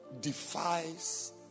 defies